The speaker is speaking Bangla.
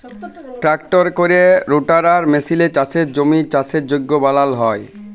ট্রাক্টরে ক্যরে রোটাটার মেসিলে চাষের জমির চাষের যগ্য বালাল হ্যয়